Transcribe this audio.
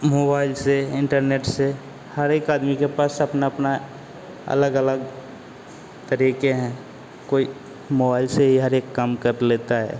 इ मोवाइल से इंटरनेट से हर एक आदमी के पास अपना अपना अलग अलग तरीक़े हैं कोई मोबाईल से ही हर एक काम कर लेता है